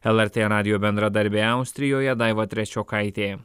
lrt radijo bendradarbė austrijoje daiva trečiokaitė